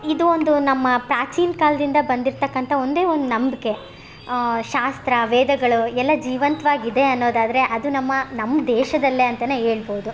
ಇದೊಂದು ನಮ್ಮ ಪ್ರಾಚೀನ ಕಾಲದಿಂದ ಬಂದಿರತಕ್ಕಂತ ಒಂದೇ ಒಂದು ನಂಬಿಕೆ ಶಾಸ್ತ್ರ ವೇದಗಳು ಎಲ್ಲ ಜೀವಂತ್ವಾಗಿ ಇದೆ ಅನ್ನೋದಾದರೆ ಅದು ನಮ್ಮ ನಮ್ಮ ದೇಶದಲ್ಲಿ ಅಂತಾನೆ ಹೇಳ್ಬೋದು